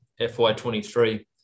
FY23